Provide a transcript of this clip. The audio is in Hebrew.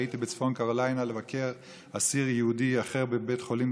כשהייתי בצפון קרוליינה לבקר אסיר יהודי אחר בבית חולים